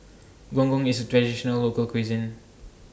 Gong Gong IS A Traditional Local Cuisine